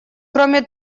кроме